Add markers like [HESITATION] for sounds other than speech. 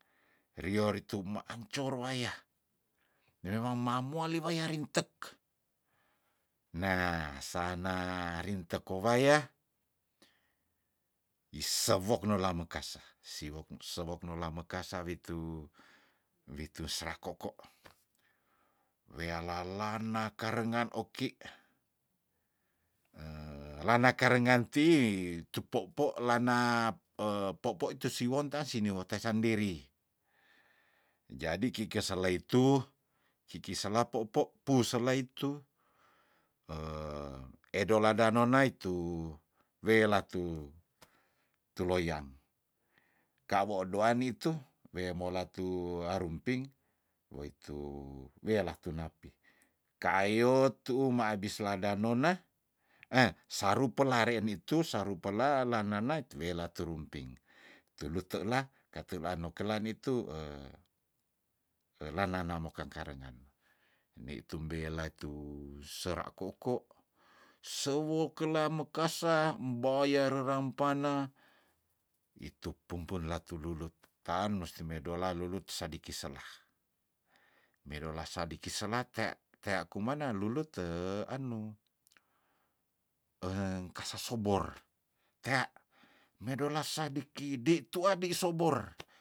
Rior itu maancor waya memang mamuali waya rintek neah sana rinteko waya isewok nola mokasa siwok sewok nola mekasa witu witu serakoko wealalana karengan oki [HESITATION] lana karengan tiih tu poppo lana [HESITATION] poppo itu siwon tan sini wote sandiri jadi kike sele itu kiki sela poppo pu selah itu [HESITATION] edola danona itu welah tu tu loyang kawo doan nitu wea molatu arumping oitu weala tunapi ka ayo tuuh maabis ladanona eh saru pelaren itu saru pela lanana itu we latu rumping tulu tela katula nokelan itu [HESITATION] elana namo kangkarengan ndi tumbela tu sera koko sewo kela mekasa mboya rerampana itu pumpun latu lulut taan musti medola lulut sadiki sela medola sadiki sela tea tea kuman na lulut [HESITATION] anu eng kasa sobor tea mendola sadiki dei tua dei sobor